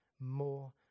more